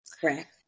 correct